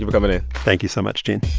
you for coming in thank you so much, gene